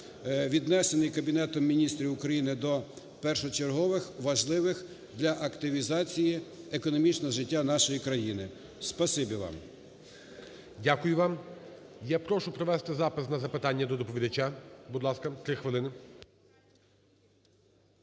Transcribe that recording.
віднесений Кабінетом Міністрів України до першочергових важливих для активізації економічного життя нашої країни. Спасибі вам.